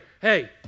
hey